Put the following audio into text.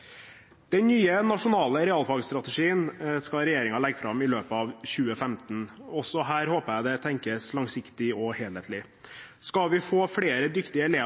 Den nye nasjonale realfagsstrategien skal regjeringen legge fram i løpet av 2015. Også her håper jeg det tenkes langsiktig og helhetlig. Skal vi få flere dyktige elever,